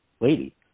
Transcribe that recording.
lady